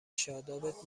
شادابت